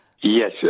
Yes